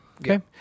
Okay